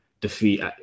Defeat